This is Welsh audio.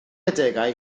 adegau